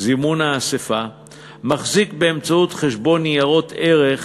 זימון האספה מחזיק באמצעות חשבון ניירות ערך